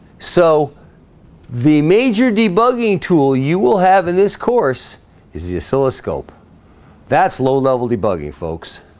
so the major debugging tool you will have in this course is the oscilloscope that's low level debugging folks